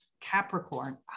Capricorn